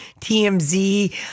TMZ